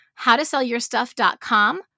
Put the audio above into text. howtosellyourstuff.com